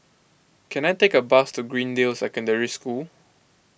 can I take a bus to Greendale Secondary School